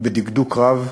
בדקדוק רב,